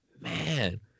Man